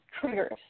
triggers